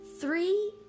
three